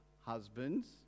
husbands